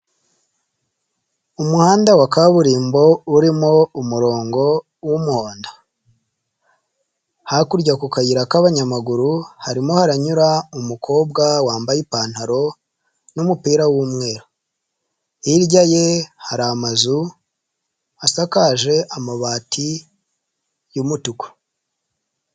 Umuhanda wa kaburimbo urimo umurongo w'umuhondo, hakurya ku kayira k'abanyamaguru, harimo haranyura wambaye ipantaro n'umupira w'umweru, hirya ye hari amazu asakaje amabati y'umutuku.